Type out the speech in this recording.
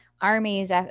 armies